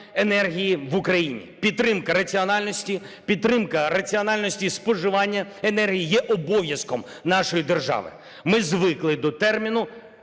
раціональності, підтримка раціональності споживання енергії є обов'язком нашої держави. Ми звикли до терміну